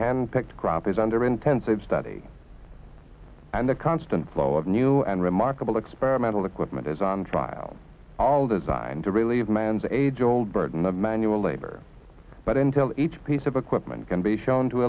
hand picked crop is under intensive study and the constant flow of new and remarkable experimental equipment is on trial all designed to relieve man's age old burden of manual labor but until each piece of equipment can be shown to